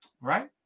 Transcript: Right